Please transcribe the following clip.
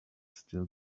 still